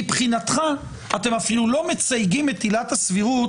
מבחינתך אתם אפילו לא מסייגים את עילת הסבירות